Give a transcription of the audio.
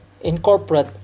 incorporate